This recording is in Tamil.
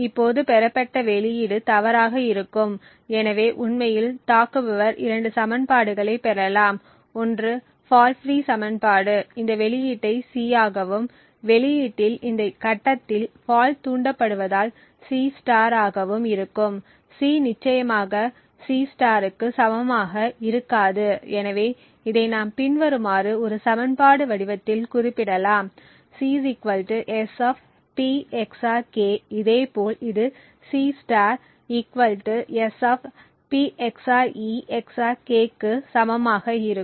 இப்போது பெறப்பட்ட வெளியீடு தவறாக இருக்கும் எனவே உண்மையில் தாக்குபவர் 2 சமன்பாடுகளைப் பெறலாம் ஒன்று ஃபால்ட் ஃபிரீ சமன்பாடு இந்த வெளியீட்டை C ஆகவும் வெளியீட்டில் இந்த கட்டத்தில் ஃபால்ட் தூண்டப்படுவதால் C ஆகவும் இருக்கும் C நிச்சயமாக C க்கு சமமாக இருக்காது எனவே இதை நாம் பின்வருமாறு ஒரு சமன்பாடு வடிவத்தில் குறிப்பிடலாம் C S P XOR k இதேபோல் இது C S P XOR e XOR k க்கு சமமாக இருக்கும்